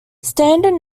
standard